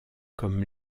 comme